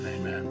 Amen